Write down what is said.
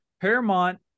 Paramount